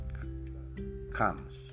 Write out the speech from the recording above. comes